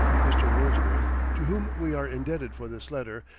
mr. wordsworth, to whom we are indebted for this letter,